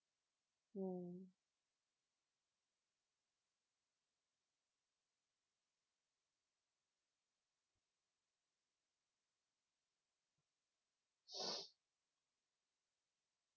mm